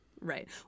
Right